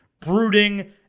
brooding